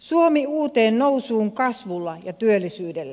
suomi uuteen nousuun kasvulla ja työllisyydellä